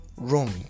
wrong